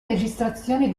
registrazioni